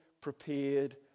prepared